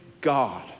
God